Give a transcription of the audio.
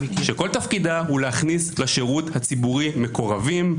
שכל תפקידה הוא להכניס לשירות הציבורי מקורבים,